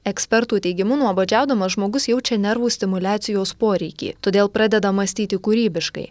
ekspertų teigimu nuobodžiaudamas žmogus jaučia nervų stimuliacijos poreikį todėl pradeda mąstyti kūrybiškai